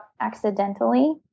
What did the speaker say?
accidentally